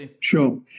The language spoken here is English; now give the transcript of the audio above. sure